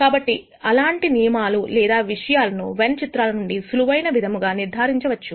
కాబట్టి అలాంటి నియమాలు లేదా విషయాలు వెన్ చిత్రాల నుండి సులువైన విధముగా నిర్ధారించవచ్చు